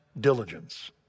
diligence